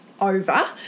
over